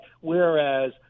whereas –